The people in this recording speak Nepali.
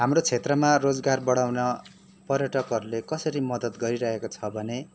हाम्रो क्षेत्रमा रोजगार बढाउन पर्यटकहरूले कसरी मद्दत गरिरहेको छ भने